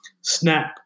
Snap